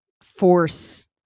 force